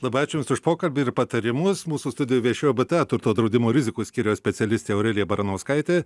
labai ačiū jums už pokalbį ir patarimus mūsų studijoj viešėjo bta turto draudimo rizikų skyriaus specialistė aurelija baranauskaitė